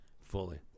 fully